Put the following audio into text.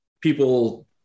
people